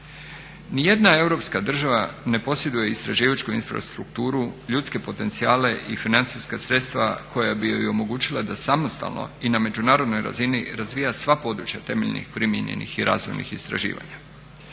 Nijedna europska država ne posjeduje istraživačku infrastrukturu, ljudske potencijale i financijska sredstva koja bi joj omogućila da samostalno i na međunarodnoj razini razvija sva područja temeljnih primijenjenih i razvojnih istraživanja.